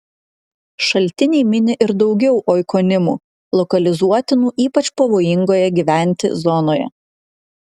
šaltiniai mini ir daugiau oikonimų lokalizuotinų ypač pavojingoje gyventi zonoje